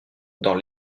dans